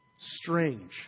strange